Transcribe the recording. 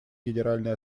генеральной